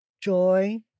joy